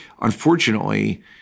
unfortunately